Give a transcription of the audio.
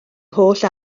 holl